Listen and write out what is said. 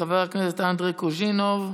חבר הכנסת אנדרי קוז'ינוב,